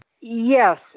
Yes